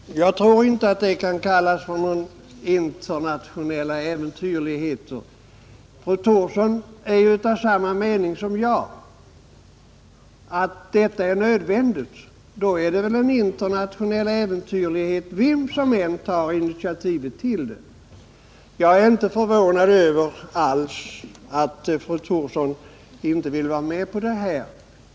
Herr talman! Jag tror inte att det kan kallas för några internationella äventyrligheter. Fru Thorsson är av samma mening som jag, att detta är nödvändigt. Då är det väl en internationell äventyrlighet vem som än tar initiativet till det. Jag är inte alls förvånad över att fru Thorsson inte vill vara med på det här.